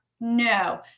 no